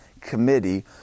committee